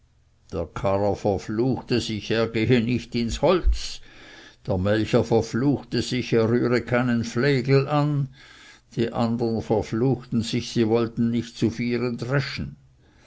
der karrer verfluchte sich er gehe nicht ins holz der melcher verfluchte sich er rühre keinen flegel an die andern verfluchten sich sie wollten nicht zu vieren dreschen